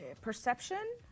Perception